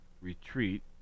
retreat